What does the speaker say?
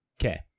Okay